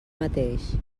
mateix